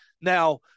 now